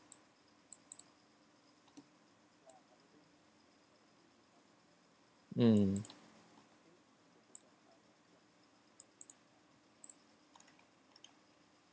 mm